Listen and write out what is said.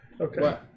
okay